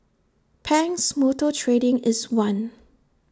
Pang's motor trading is one